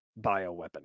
bioweapon